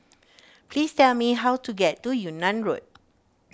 please tell me how to get to Yunnan Road